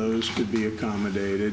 those could be accommodated